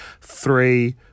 three